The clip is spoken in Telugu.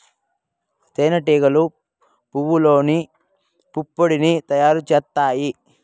తేనె టీగలు పువ్వల్లోని పుప్పొడిని తయారు చేత్తాయి